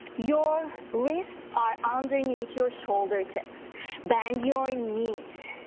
your wrists are underneath your shoulder tips bend your knees,